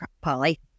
Polly